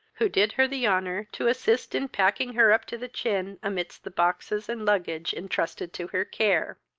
who did her the honour to assist in packing her up to the chin amidst the boxes and luggage entrusted to her care.